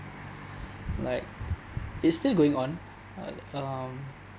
like it's still going on uh um